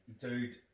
Dude